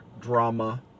drama